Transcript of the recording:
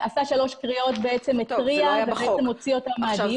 עשה שלוש קריאות והוציא אותם מהדיון.